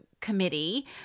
committee